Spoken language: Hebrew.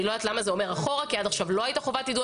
אני לא יודעת למה זה אומר אחורה כי עד עכשיו לא הייתה חובת יידוע